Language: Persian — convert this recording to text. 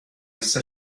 لیست